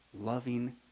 loving